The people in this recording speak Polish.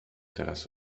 teraz